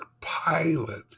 pilot